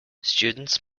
students